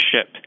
ship